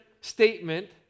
statement